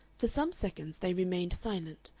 for some seconds they remained silent,